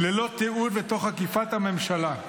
ללא תיעוד ותוך עקיפת הממשלה".